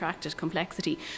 complexity